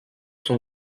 son